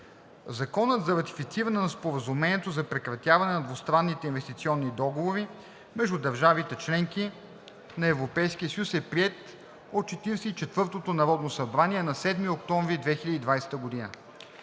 Законът за ратифициране на Споразумението за прекратяване на двустранните инвестиционни договори между държавите – членки на Европейския съюз, е приет от Четиридесет и четвъртото народно събрание на 7 октомври 2020 г.